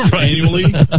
annually